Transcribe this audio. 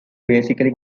basically